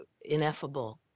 ineffable